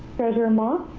treasurer ma?